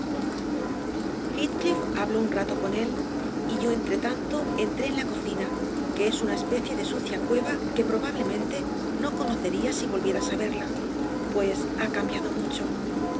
eathcliffhabló un rato con él y yo entretanto entréen la cocina que es una especie de sucia cueva que probablemente no conocerías sivolvieras a verla pues ha cambiado mucho